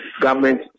government